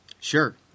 Sure